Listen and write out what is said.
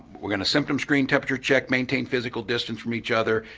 we're going to symptom screen, temperature check, maintain physical distance from each other,